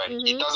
mmhmm